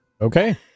Okay